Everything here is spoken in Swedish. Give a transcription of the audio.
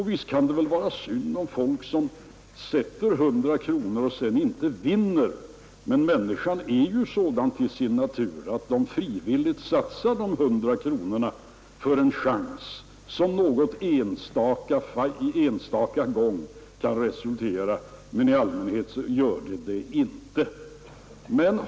Visst kan det vara synd om folk som satsar 100 kronor och sedan inte vinner, men människan är ju sådan till sin natur att hon frivilligt satsar dessa 100 kronor för en chans, som någon enstaka gång kan resultera i vinst men som i allmänhet inte gör det.